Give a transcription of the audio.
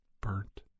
burnt